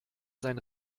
sein